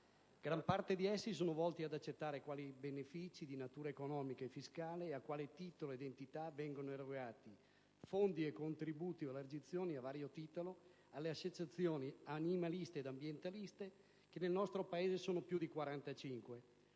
Gran parte di essi sono volti ad accertare quali benefici di natura economica e fiscale, a quale titolo e di quale entità vengono erogati (fondi, contributi ed elargizioni di vario genere) alle associazioni animaliste e ambientaliste, che nel nostro Paese sono più di 45: